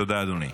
תודה, אדוני.